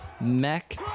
Mech